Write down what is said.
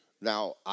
Now